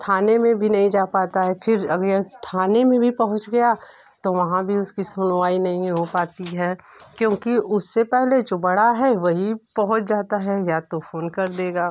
थाने में भी नहीं जा पाता है फिर अगर थाने में भी पहुँच गया तो वहाँ भी उसकी सुनवाई नहीं हो पाती है क्योंकि उससे पहले जो बड़ा है वही पहुँच जाता है या तो फ़ोन कर देगा